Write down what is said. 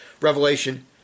Revelation